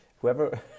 Whoever